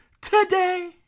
today